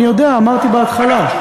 אני יודע, אמרתי בהתחלה.